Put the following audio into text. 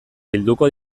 bilduko